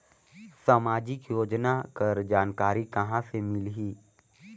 समाजिक योजना कर जानकारी कहाँ से मिलही?